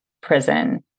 prison